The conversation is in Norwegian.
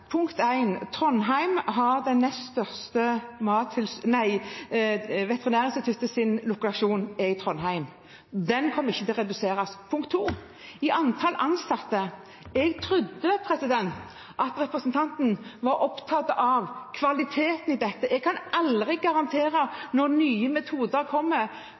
Punkt én: Veterinærinstituttets lokasjon er i Trondheim. Den kommer ikke til å reduseres. Punkt to: Når det gjelder antall ansatte, trodde jeg at representanten var opptatt av kvaliteten i dette. Jeg kan aldri garantere, når nye metoder kommer,